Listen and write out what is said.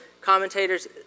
commentators